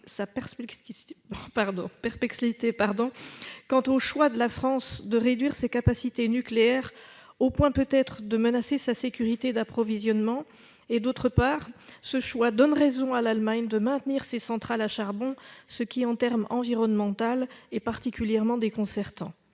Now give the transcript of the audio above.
sa perplexité quant au choix de la France de réduire ses capacités nucléaires au point, peut-être, de menacer sa sécurité d'approvisionnement. Au reste, ce choix donne raison au maintien, par l'Allemagne, de ses centrales à charbon, ce qui, sur le plan environnemental, est particulièrement déconcertant.